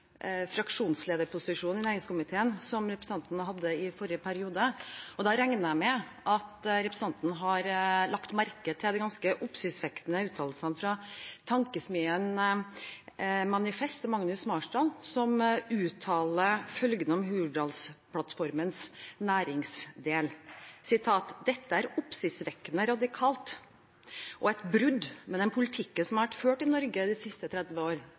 fraksjonslederposisjonen i næringskomiteen, som representanten hadde i forrige periode. Da regner jeg med at representanten har lagt merke til de ganske oppsiktsvekkende uttalelsene fra tankesmien Manifest. Det er Magnus Marsdal som uttaler at Hurdalsplattformens næringsdel er oppsiktsvekkende radikal og et brudd med den politikken som har vært ført i Norge de siste 30 år.